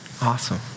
Awesome